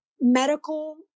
medical